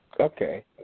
Okay